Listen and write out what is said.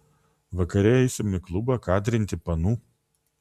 vakare eisim į klubą kadrinti panų